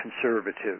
conservative